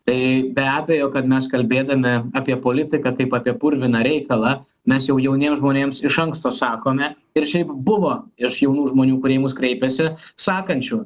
tai be abejo kad mes kalbėdami apie politiką kaip apie purviną reikalą mes jau jauniems žmonėms iš anksto sakome ir šiaip buvo iš jaunų žmonių kurie į mus kreipiasi sakančių